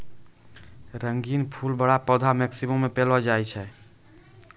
रंगीन फूल बड़ा पौधा मेक्सिको मे पैलो जाय छै